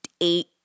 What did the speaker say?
eight